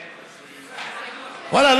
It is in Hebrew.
ואללה,